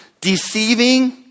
Deceiving